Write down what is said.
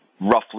roughly